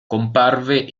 comparve